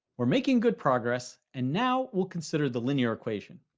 we're making good progress, and now we'll consider the linear equation.